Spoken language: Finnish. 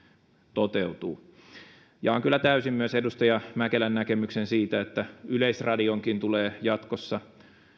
toteutuu jaan kyllä täysin myös edustaja mäkelän näkemyksen siitä että yleisradionkin tulee jatkossa